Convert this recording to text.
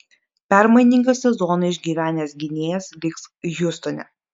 permainingą sezoną išgyvenęs gynėjas liks hjustone